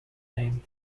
name